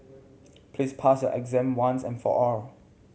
please pass your exam once and for all